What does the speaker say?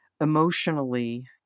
emotionally